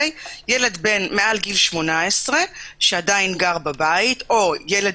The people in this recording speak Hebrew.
ילד מעל גיל 18 שעדיין גר בבית או ילד